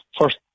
first